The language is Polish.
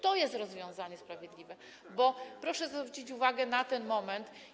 To jest rozwiązanie sprawiedliwe, bo proszę zwrócić uwagę na ten moment.